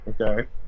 Okay